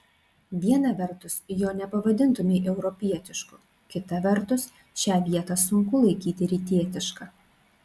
viena vertus jo nepavadintumei europietišku kita vertus šią vietą sunku laikyti rytietiška